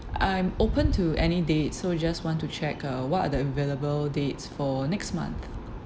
I am open to any dates so I just want to check uh what are the available dates for next month